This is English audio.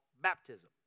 baptism